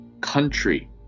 country